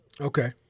Okay